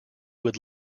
would